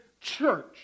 church